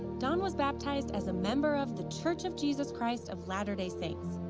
dawn was baptized as a member of the church of jesus christ of latter-day saints.